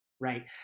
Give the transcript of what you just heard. Right